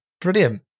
Brilliant